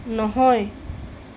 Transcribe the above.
নহয়